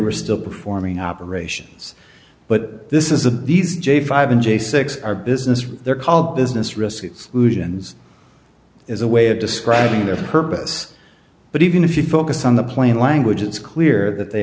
were still performing operations but this is a these j five and j six are business they're called business risk is a way of describing their purpose but even if you focus on the plain language it's clear that they